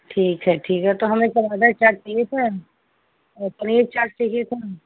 ठीक है ठीक है तो हमें सब आदर चाट चाहिए था और पनीर चाट चाहिए था